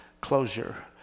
closure